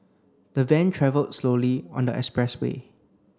the van travelled slowly on the expressway